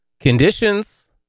conditions